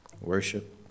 worship